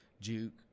juke